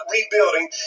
Rebuilding